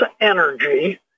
energy